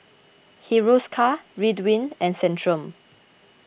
Hiruscar Ridwind and Centrum